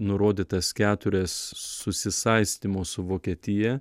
nurodytas keturias susisaistymo su vokietija